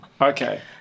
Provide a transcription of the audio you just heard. Okay